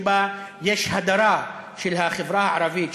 שיש בה הדרה של החברה הערבית,